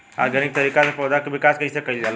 Organic तरीका से पौधा क विकास कइसे कईल जाला?